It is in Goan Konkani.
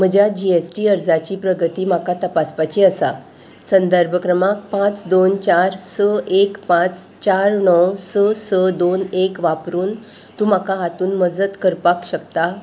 म्हज्या जी एस टी अर्जाची प्रगती म्हाका तपासपाची आसा संदर्भ क्रमांक पांच दोन चार स एक पांच चार णव स स दोन एक वापरून तूं म्हाका हातून मजत करपाक शकता